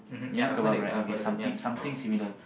you know Kebab right okay something something similar